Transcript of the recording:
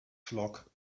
flock